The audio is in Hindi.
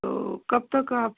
तो कब तक आप